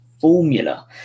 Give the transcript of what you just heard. formula